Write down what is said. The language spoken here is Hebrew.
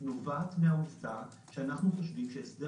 נובעת מן העובדה שאנחנו חושבים שהסדר